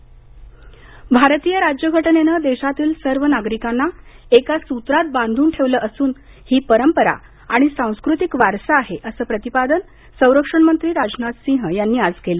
राजनाथ सिंह भारतीय राज्य घटनेनं देशातील सर्व नागरिकांना एका सूत्रात बांधून ठेवलं असून हि आपली परंपरा आणि सांस्कृतिक वारसा आहे असं प्रतिपादन संरक्षण मंत्री राजनाथ सिंह यांनी यांनी आज केलं